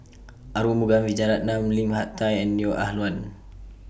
Arumugam Vijiaratnam Lim Hak Tai and Neo Ah Luan